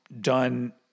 done